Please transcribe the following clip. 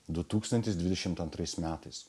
du tūkstantis dvidešimt antrais metais